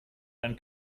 ein